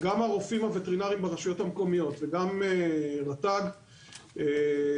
גם הרופאים הווטרינריים ברשויות המקומיות וגם רט"ג טיפלו,